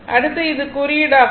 அடுத்து இது குறியீடாகும்